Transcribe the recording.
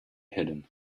hidden